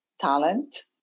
talent